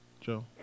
Joe